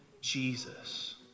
Jesus